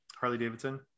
Harley-Davidson